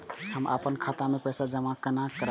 हम अपन खाता मे पैसा जमा केना करब?